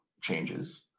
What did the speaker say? changes